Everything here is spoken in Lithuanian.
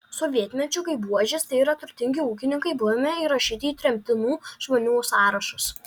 sovietmečiu kaip buožės tai yra turtingi ūkininkai buvome įrašyti į tremtinų žmonių sąrašus